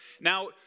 Now